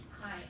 Hi